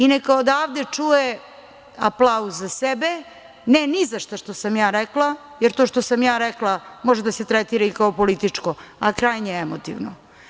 I neka odavde čuje aplauz za sebe, ne ni za šta što sam ja rekla, jer to što sam ja rekla može da se tretira i kao političko, a krajnje emotivno.